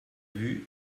vue